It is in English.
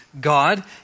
God